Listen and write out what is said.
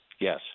Yes